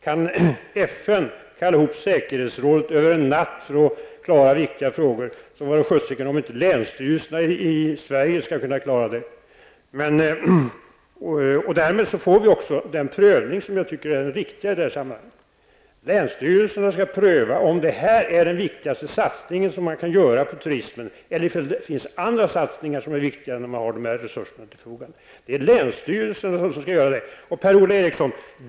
Om FN kan kalla ihop säkerhetsrådet över en natt för att klara viktiga frågor, vore det väl sjuttsingen om inte länsstyrelserna i Sverige skall kunna klara det. Därmed får vi också den prövning som jag tycker är den riktiga i detta sammanhang. Länsstyrelserna skall pröva om detta är den viktigaste satsningen man kan göra på turismen eller om det finns andra satsningar som är viktigare, när man nu har dessa resurser till förfogande. Det är länsstyrelsen som skall göra den prövningen.